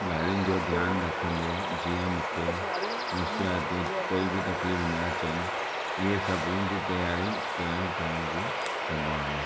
ॻाल्हयुनि जो ध्यान रखन्दे जीअं मूंखे मुशक़लातियूं कोई भी तकलीफ़ न अचनि इहे सभिननि जूं तयारियूं पहिरीयों ई करण जी कन्दो अहियां